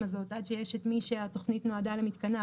הזאת עד שיש את מי שהתוכנית נועדה למתקניו,